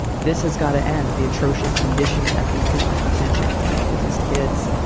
this has got to end. the atrocious conditions at these different detention camps for these kids